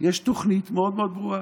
יש תוכנית מאוד מאוד ברורה.